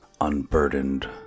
unburdened